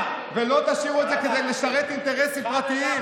ולא תשאירו את זה כדי לשרת אינטרסים פרטיים?